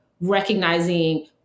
recognizing